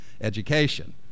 education